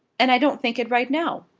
and i don't think it right now.